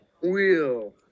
wheel